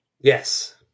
Yes